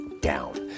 down